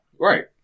right